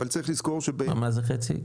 מה זה חצי?